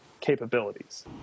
capabilities